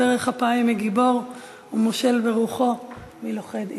ארך אפיים מגִבור ומֹשל ברוחו מלֹכד עיר".